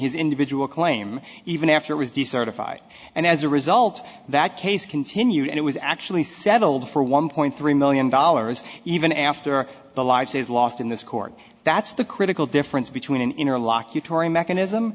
his individual claim even after it was decertified and as a result that case continued and it was actually settled for one point three million dollars even after the lives lost in this court that's the critical difference between an interlocutory mechanism